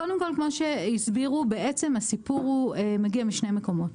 כמו שהסבירו, הסיפור מגיע משני מקומות: